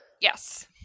Yes